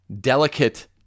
delicate